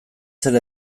zer